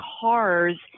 cars